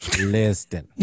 Listen